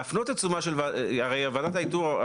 להפנות את תשומת ליבה של ועדת האיתור,